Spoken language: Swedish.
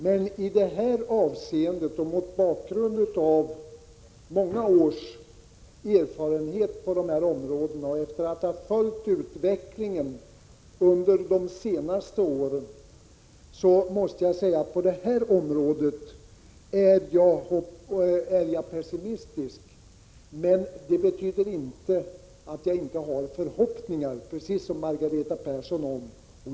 Men i det här avseendet, mot bakgrund av många års erfarenhet på de här områdena och efter att ha följt utvecklingen under de senaste åren, måste jag säga att jag är pessimistisk. Men det betyder inte att jag inte har förhoppningar, precis som Margareta Persson.